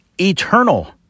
eternal